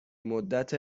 مدت